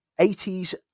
80s